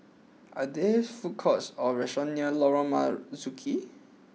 are there food courts or restaurants near Lorong Marzuki